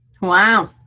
Wow